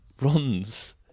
runs